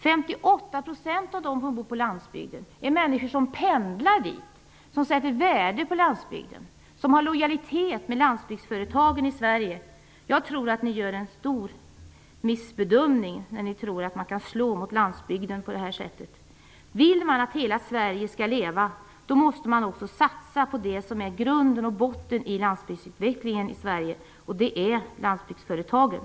58 % av dem som bor på landsbygden är människor som pendlar dit, som sätter värde på landsbygden och som visar lojalitet mot landsbygdsföretagen i Sverige. Jag tror att ni gör en stor missbedömning när ni tror att man kan slå mot landsbygden på det här sättet. Vill man att hela Sverige skall leva måste man också satsa på det som är grunden och botten i landsbygdsutvecklingen i Sverige. Det är landsbygdsföretagen.